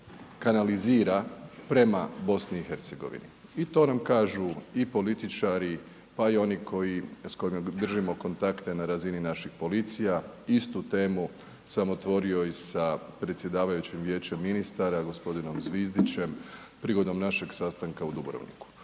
kanalizira prema BiH. I to nam kažu i političari, pa i oni koji s kojima držimo kontakte na razini naših policija, istu temu sam otvorio i sa predsjedavajućim vijećem ministara gospodinom Zvizdićem prilikom našeg sastanka u Dubrovniku.